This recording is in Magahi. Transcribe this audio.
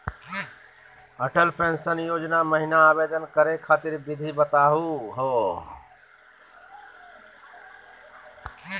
अटल पेंसन योजना महिना आवेदन करै खातिर विधि बताहु हो?